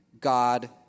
God